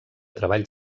treball